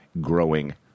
growing